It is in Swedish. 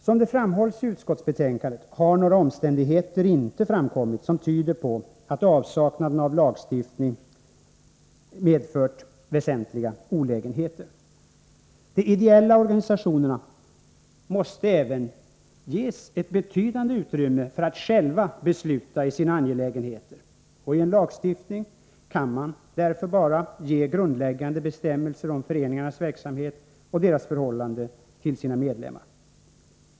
Som det framhålls i utskottsbetänkandet har några omständigheter inte framkommit som tyder på att avsaknaden av lagregler medfört väsentliga olägenheter. De ideella organisationerna måste ges ett betydande utrymme för att själva besluta i sina angelägenheter, och i en lagstiftning kan man därför bara ge grundläggande bestämmelser om föreningarnas verksamhet och deras förhållande till sina medlemmar.